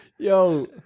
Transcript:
yo